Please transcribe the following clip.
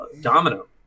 domino